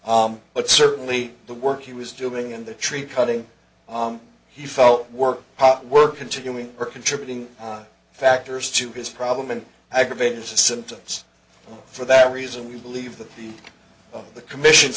possible but certainly the work he was doing in the tree cutting on he felt work were continuing are contributing factors to his problem and aggravated the symptoms for that reason we believe that the the commission